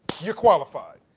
you're qualified.